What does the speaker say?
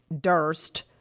Durst